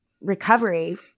recovery